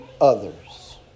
others